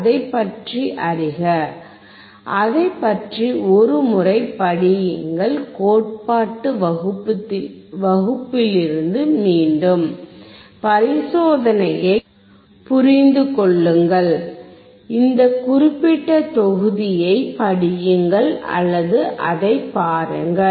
அதைப் பற்றி அறிக அதைப் பற்றி ஒரு முறை படியுங்கள் கோட்பாடு வகுப்பிலிருந்து மீண்டும் பரிசோதனையைப் புரிந்து கொள்ளுங்கள் இந்த குறிப்பிட்ட தொகுதியைப் படியுங்கள் அல்லது அதைப் பாருங்கள்